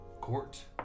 court